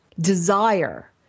desire